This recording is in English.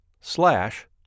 slash